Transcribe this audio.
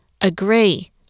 agree